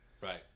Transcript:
right